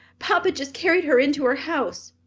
papa just carried her into her house.